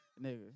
nigga